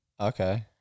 Okay